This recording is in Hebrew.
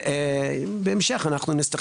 בהמשך נעשה זאת.